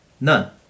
None